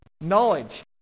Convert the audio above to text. knowledge